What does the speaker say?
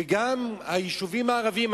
וגם היישובים הערביים.